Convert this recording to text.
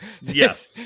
Yes